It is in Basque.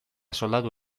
soldadu